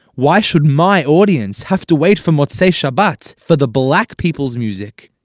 why should my audience have to wait for motzei shabbat? for the black people's music?